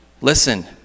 Listen